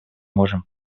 можем